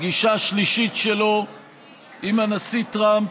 פגישה שלישית שלו עם הנשיא טראמפ,